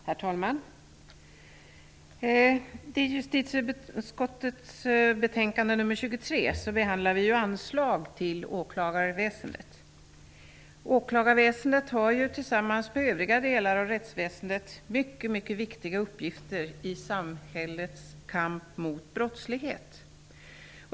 Herr talman! I justitieutskottets betänkande 23 Åklagarväsendet har tillsammans med övriga delar av rättsväsendet mycket viktiga uppgifter i samhällets kamp mot brottslighet.